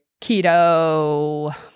keto